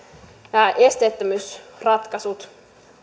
nämä esteettömyysratkaisut